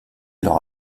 leur